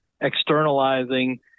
externalizing